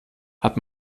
hat